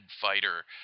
fighter